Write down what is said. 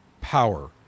power